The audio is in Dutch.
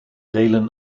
delen